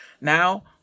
Now